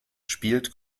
spielt